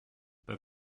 pas